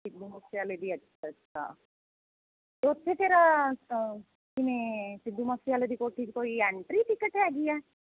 ਸਿੱਧੂ ਮੂਸੇਵਾਲੇ ਦੀ ਅੱਛਾ ਅੱਛਾ ਉੱਥੇ ਫਿਰ ਜਿਵੇਂ ਸਿੱਧੂ ਮੂਸੇਵਾਲੇ ਦੀ ਕੋਠੀ 'ਚ ਕੋਈ ਐਂਟਰੀ ਟਿਕਟ ਹੈਗੀ ਆ